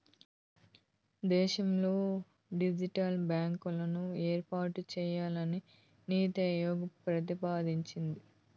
దేశంలో డిజిటల్ బ్యాంకులను ఏర్పాటు చేయాలని నీతి ఆయోగ్ ప్రతిపాదించింది